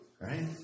right